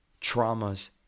traumas